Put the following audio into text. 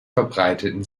verbreiteten